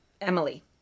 emily